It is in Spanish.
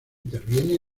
interviene